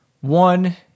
One